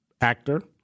actor